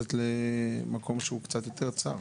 נכנסת פה למקום קצת יותר צר.